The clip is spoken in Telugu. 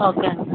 ఓకే అండి